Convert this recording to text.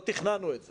לא תכננו את זה,